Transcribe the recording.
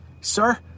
sir